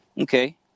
Okay